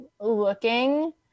looking